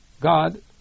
God